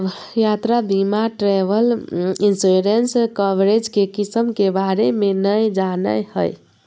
यात्रा बीमा travel insurance coverage के किस्म के बारे में नय जानय हइ